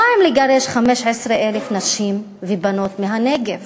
מה עם לגרש 15,000 נשים ובנות מהנגב?